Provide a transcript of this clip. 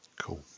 Cool